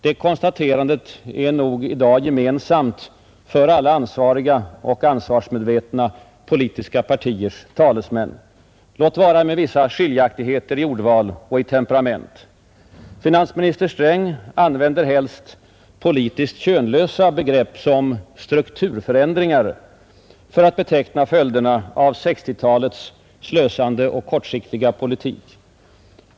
Det konstaterandet är nog i dag gemensamt för alla ansvariga och ansvarsmedvetna politiska partiers talesmän, låt vara med vissa skiljaktigheter i ordval och temperament. Finansminister Sträng använder helst politiskt könlösa begrepp som ”strukturförändringar” för att beteckna följderna av 1960-talets slösande och kortsiktiga politik.